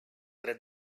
dret